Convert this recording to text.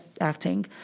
acting